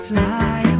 Fly